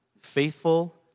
faithful